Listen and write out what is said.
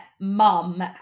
mum